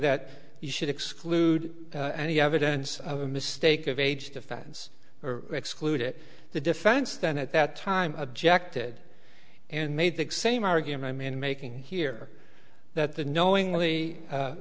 that you should exclude any evidence of a mistake of age defense or exclude it the defense then at that time objected and made the same argument in making here that the knowingly